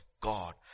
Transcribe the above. God